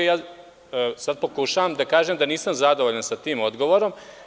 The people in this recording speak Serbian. Sada pokušavam da kažem da nisam zadovoljan sa tim odgovorom.